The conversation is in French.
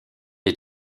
est